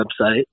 website